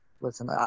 listen